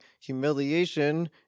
humiliation